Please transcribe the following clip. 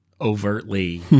overtly